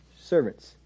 servants